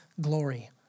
glory